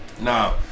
Now